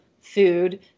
food